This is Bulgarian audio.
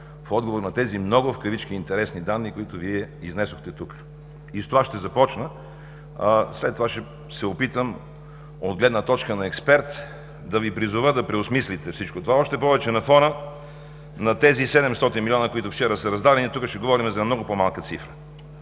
в отговор на тези „много“ интересни данни, които Вие изнесохте тук. С това и ще започна, а след това ще се опитам от гледна точка на експерт да Ви призова да преосмислите всичко това, още повече на фона на тези 700 милиона, които вчера са раздадени. Тук ще говорим за много по-малка цифра.